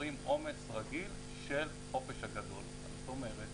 אומרים 'עומס רגיל של החופש הגדול' זאת אומרת